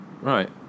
right